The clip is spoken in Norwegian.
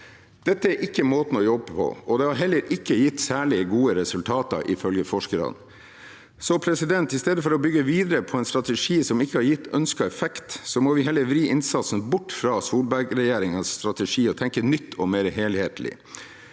Dette er ikke måten å jobbe på, og det har heller ikke gitt særlig gode resultater, ifølge forskerne. I stedet for å bygge videre på en strategi som ikke har gitt ønsket effekt, må vi vri innsatsen bort fra Solberg-regjeringens strategi og tenke nytt og mer helhetlig.